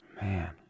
man